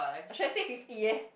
I should have said fifty eh